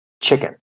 Chicken